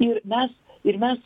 ir mes ir mes